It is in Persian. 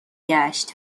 گشت